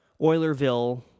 Oilerville